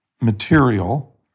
material